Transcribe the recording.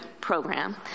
program